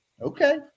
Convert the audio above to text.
Okay